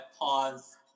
Pause